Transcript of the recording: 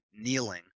kneeling